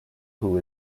who